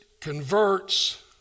converts